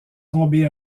tomber